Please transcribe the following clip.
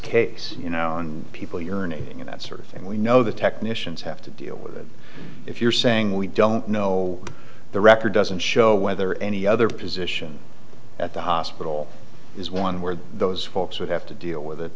case you know and people urinating in that sort of thing we know the technicians have to deal with it if you're saying we don't know the record doesn't show whether any other position at the hospital is one where those folks would have to deal with